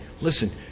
Listen